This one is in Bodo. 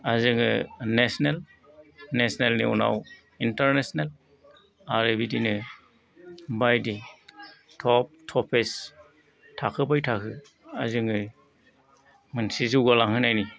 जों नेसनेल नेसनेलनि उनाव इन्टारनेसनेल आरो बिदिनो बायदि टप थपेस थाखो बाय थाखो जों मोनसे जौगालांहोनायनि